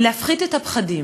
הוא להפחית את הפחדים,